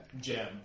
Gem